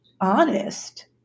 honest